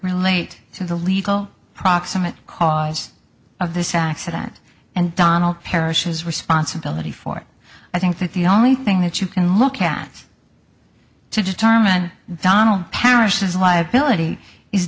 relate to the legal proximate cause of this accident and donald perishes responsibility for i think that the only thing that you can look cats to determine donald paris is liability is